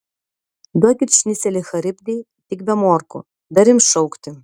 duokit šnicelį charibdei tik be morkų dar ims šaukti